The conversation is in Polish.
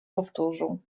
powtórzył